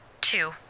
two